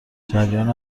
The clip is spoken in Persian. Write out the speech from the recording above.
جریان